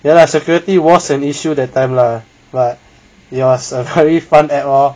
ya lah security was an issue that time lah but yea it's very fun app lor